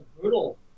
brutal